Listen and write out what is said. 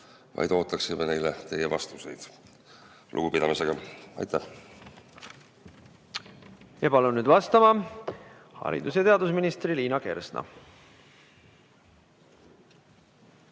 vaid ootame neile teie vastuseid. Lugupidamisega! Aitäh! Palun nüüd vastama haridus- ja teadusminister Liina Kersna.